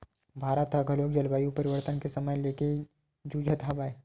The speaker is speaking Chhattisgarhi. भारत ह घलोक जलवायु परिवर्तन के समस्या लेके जुझत हवय